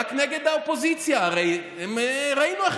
רק לשעות שנוח, ורק כשמתאים,